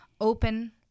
open